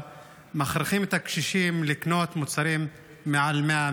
מכריחים את הקשישים לקנות מוצרים מעל 100,